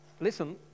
Listen